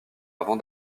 avant